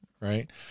right